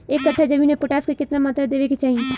एक कट्ठा जमीन में पोटास के केतना मात्रा देवे के चाही?